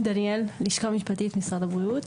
אני מהלשכה המשפטית, משרד הבריאות.